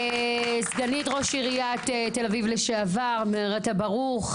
סגנית ראש עיריית תל אביב לשעבר מהרטה בר רון,